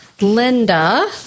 Linda